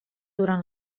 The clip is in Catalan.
durant